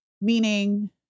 Meaning